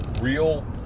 real